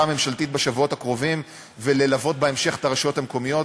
הממשלתית בשבועות הקרובים וללוות בהמשך את הרשויות המקומיות,